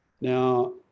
now